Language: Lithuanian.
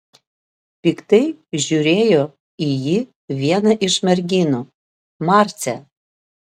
piktai žiūrėjo į jį viena iš merginų marcė